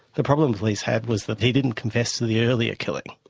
the problem the police had was that he didn't confess to the earlier killing,